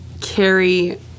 carry